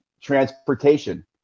transportation